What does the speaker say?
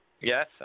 Yes